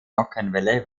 nockenwelle